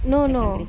no no